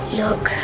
look